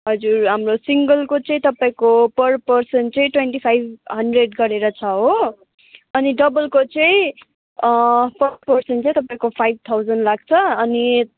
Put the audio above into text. हजुर हाम्रो सिङ्गलको चाहिँ तपाईँको पर पर्सन चाहिँ ट्वेन्टी फाइभ हन्ड्रेड गरेर छ हो अनि डबलको चाहिँ पर पर्सन चाहिँ तपाईँको फाइभ थाउजन्ड लाग्छ अनि